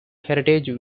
heritage